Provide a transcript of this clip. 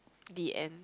the end